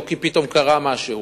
לא כי פתאום קרה משהו.